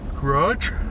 Grudge